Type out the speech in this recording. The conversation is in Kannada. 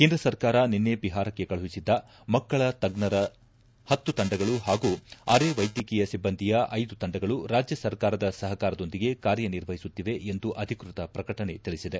ಕೇಂದ್ರ ಸರ್ಕಾರ ನಿನ್ನೆ ಬಿಹಾರಕ್ಷೆ ಕಳುಹಿಸಿದ್ದ ಮಕ್ಕಳ ತಜ್ಞರ ಹತ್ತು ತಂಡಗಳು ಹಾಗೂ ಅರೆವ್ನೆದ್ಯಕೀಯ ಸಿಬ್ಲಂದಿಯ ಐದು ತಂಡಗಳು ರಾಜ್ಯ ಸರ್ಕಾರದ ಸಹಕಾರದೊಂದಿಗೆ ಕಾರ್ಯನಿರ್ವಹಿಸುತ್ತಿವೆ ಎಂದು ಅಧಿಕೃತ ಪ್ರಕಟಣೆ ತಿಳಿಸಿದೆ